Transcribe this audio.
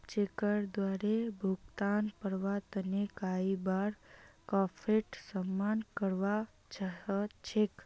चेकेर द्वारे भुगतान पाबार तने कई बार फ्राडेर सामना करवा ह छेक